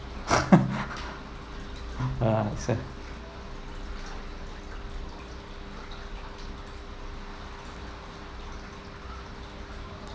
ah same